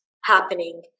happening